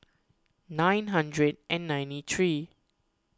nine hundred and ninety three